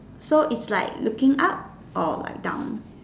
so it's like looking up or like down